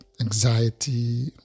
anxiety